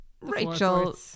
Rachel